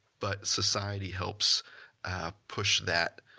but society helps push that